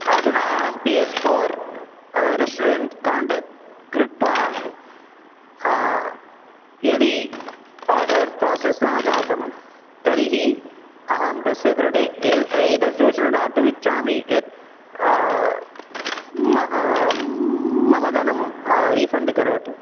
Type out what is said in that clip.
अदुना अहं P S for restaurant contact कृत्वा यदि आर्डर् प्रोसेस् न जातं तर्हि अहं तस्य कृते ए एतत् सूचना दातुमिच्चामि यत् म मम दनं रीफ़ण्ड् करोतु